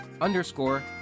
underscore